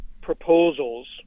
proposals